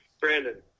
Brandon